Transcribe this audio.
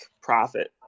profit